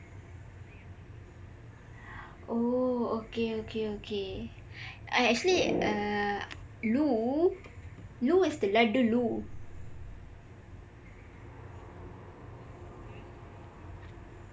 oh okay okay okay I actually uh லு லு:lu lu is the ladoo லு:lu